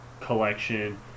Collection